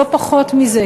לא פחות מזה,